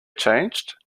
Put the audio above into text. changed